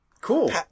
Cool